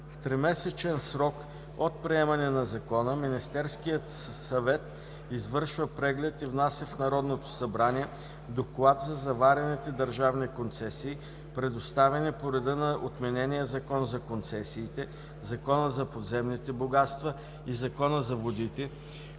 В тримесечен срок от приемане на закона Министерският съвет извършва преглед и внася в Народното събрание доклад за заварените държавни концесии, предоставени по реда на отменения Закон за концесиите, Закона за подземните богатства и Закона за водите,